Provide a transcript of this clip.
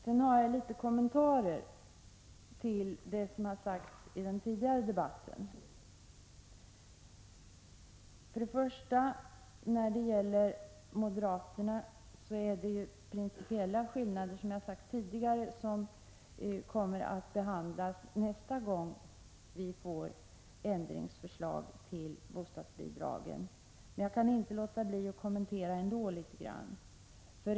Sedan har jag några kommentarer till det som har sagts i den tidigare debatten. När det gäller moderaterna föreligger ju principiella skillnader, som jag redan sagt, som kommer att behandlas nästa gång vi får förslag till ändringar av bostadsbidragen. Men jag kan inte låta bli att ändå göra några kommentarer.